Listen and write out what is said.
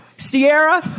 Sierra